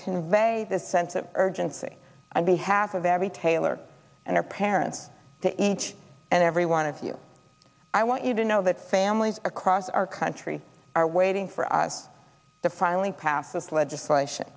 convey the sense of urgency on behalf of every taylor and our parents to each and every one of you i want you to know that families across our country are waiting for us to finally pass this legislation